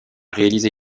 réalisé